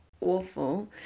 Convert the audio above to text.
awful